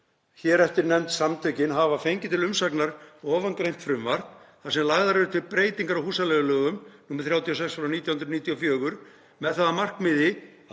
(hér eftir samtökin) hafa fengið til umsagnar ofangreint frumvarp þar sem lagðar eru til breytingar á húsaleigulögum, nr. 36/1994, með það að markmiði